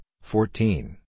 fourteen